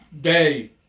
day